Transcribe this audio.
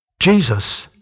Jesus